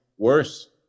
Worse